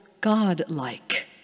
God-like